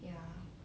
ya